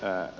ää